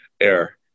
air